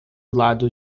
lado